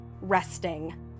resting